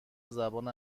زبان